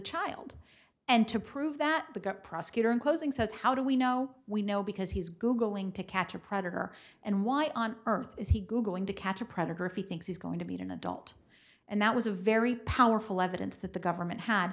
child and to prove that the prosecutor in closing says how do we know we know because he's googling to catch a predator and why on earth is he going to catch a predator if he thinks he's going to be an adult and that was a very powerful evidence that the government had